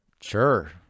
sure